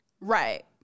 right